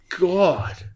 God